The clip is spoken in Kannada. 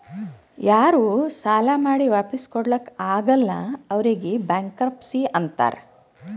ಯಾರೂ ಸಾಲಾ ಮಾಡಿ ವಾಪಿಸ್ ಕೊಡ್ಲಾಕ್ ಆಗಲ್ಲ ಅವ್ರಿಗ್ ಬ್ಯಾಂಕ್ರಪ್ಸಿ ಅಂತಾರ್